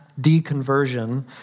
deconversion